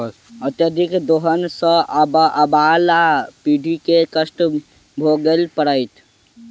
अत्यधिक दोहन सँ आबअबला पीढ़ी के कष्ट भोगय पड़तै